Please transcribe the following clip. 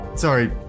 Sorry